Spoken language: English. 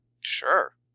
Sure